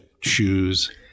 shoes